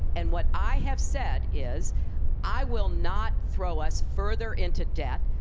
and what i have said is i will not throw us further into debt.